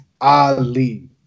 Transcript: Ali